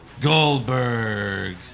Goldberg